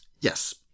Yes